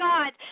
God